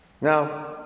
Now